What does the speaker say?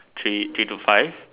three three to five